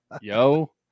yo